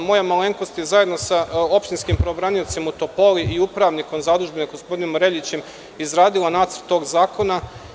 Moja malenkost je zajedno sa opštinskim pravobraniocem u Topoli i upravnikomzadužbine gospodinom Reljićem izradila nacrt tog zakona.